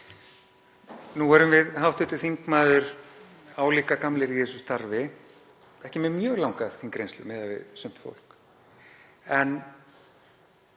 Nú erum við hv. þingmaður álíka gamlir í þessu starfi, ekki með mjög langa þingreynslu miðað við sumt fólk.